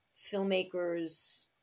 filmmakers